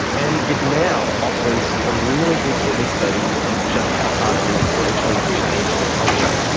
and it now offers a really good case study in just how hard it is to actually change a culture.